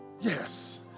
yes